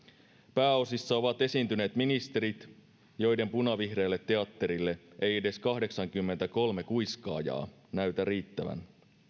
pääosissa ovat esiintyneet ministerit joiden punavihreälle teatterille ei edes kahdeksankymmentäkolme kuiskaajaa näytä riittävän